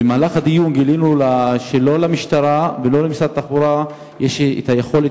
במהלך הדיון גילינו שלא למשטרה ולא למשרד התחבורה יש היכולת